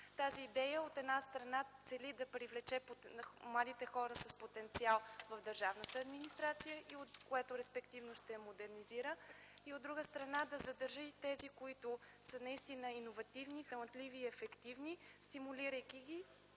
Тази идея, от една страна, цели да привлече младите хора с потенциал в държавната администрация, което респективно ще я модернизира, и, от друга страна, да задържи тези, които са наистина иновативни, талантливи и ефективни, стимулирайки ги